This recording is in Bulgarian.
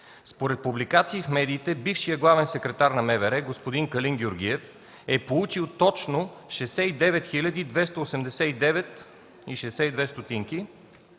Според публикации в медиите бившият главен секретар на МВР господин Калин Георгиев е получил точно 69 289,62 лв.